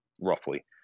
roughly